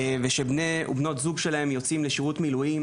ושבני ובנות זוג שלהם יוצאים לשירות מילואים.